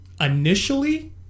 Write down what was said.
initially